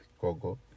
Gogo